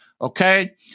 Okay